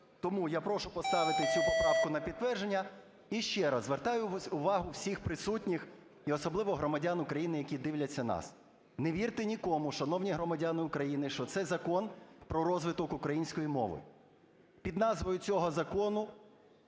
Тому я прошу поставити цю поправку на підтвердження. І ще раз звертаю увагу всіх присутніх, і особливо громадян України, які дивляться нас: не вірте нікому, шановні громадяни України, що це закон про розвиток української мови, під назвою цього закону